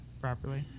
properly